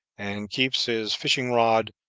and keeps his fishing-rod,